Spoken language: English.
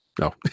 No